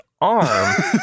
arm